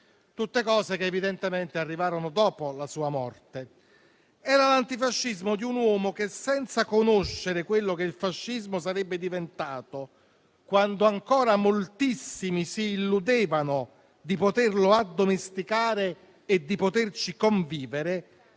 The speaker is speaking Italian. tutte cose che evidentemente arrivarono dopo la sua morte. Era l'antifascismo di un uomo che, senza conoscere quello che il fascismo sarebbe diventato, quando ancora moltissimi si illudevano di poterlo addomesticare e di poterci convivere,